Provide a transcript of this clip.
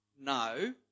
No